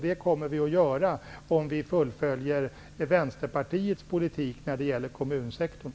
Det kommer vi att göra om vi fullföljer Vänsterpartiets politik när det gäller kommunsektorn.